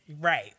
Right